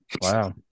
Wow